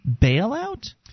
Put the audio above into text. bailout